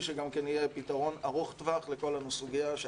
שגם כן יהיה פתרון ארוך טווח לכל הסוגיה,